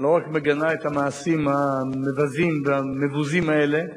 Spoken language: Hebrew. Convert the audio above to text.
לא רק מגנים את המעשים המבזים והמבוזים האלה,